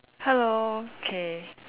hello K